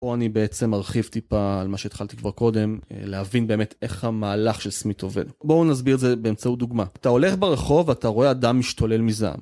פה אני בעצם ארחיב טיפה על מה שהתחלתי כבר קודם, להבין באמת איך המהלך של סמית עובד. בואו נסביר את זה באמצעות דוגמה. אתה הולך ברחוב ואתה רואה אדם משתולל מזעם.